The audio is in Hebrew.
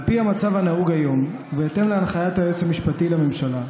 על פי המצב הנהוג היום ובהתאם להנחיית היועץ המשפטי לממשלה,